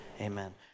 Amen